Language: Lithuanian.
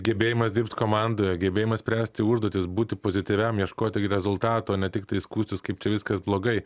gebėjimas dirbt komandoje gebėjimas spręsti užduotis būti pozityviam ieškoti rezultato ne tiktai skųstis kaip čia viskas blogai